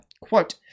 quote